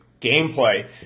gameplay